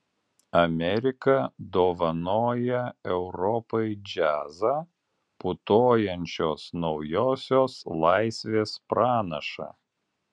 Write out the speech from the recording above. amerika dovanoja europai džiazą putojančios naujosios laisvės pranašą